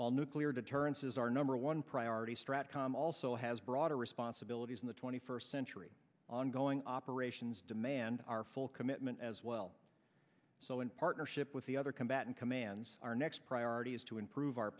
while nuclear deterrence is our number one priority strat com also has broader responsibilities in the twenty first century ongoing operations demand our full commitment as well so in partnership with the other combatant commands our next priority is to improve our